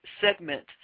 segment